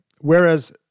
whereas